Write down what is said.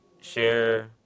share